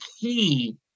key